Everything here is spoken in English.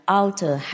outer